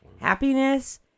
Happiness